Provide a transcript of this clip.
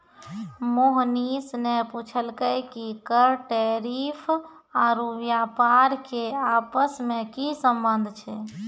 मोहनीश ने पूछलकै कि कर टैरिफ आरू व्यापार के आपस मे की संबंध छै